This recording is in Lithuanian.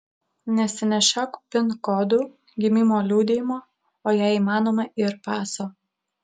nesinešiok pin kodų gimimo liudijimo o jei įmanoma ir paso